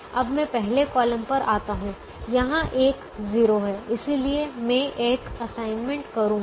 अब मैं पहले कॉलम पर आता हूं यहां एक 0 है इसलिए मैं एक असाइनमेंट करूंगा